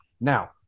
Now